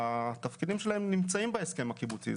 התפקידים שלהם נמצאים בהסכם הקיבוצי.